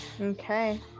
Okay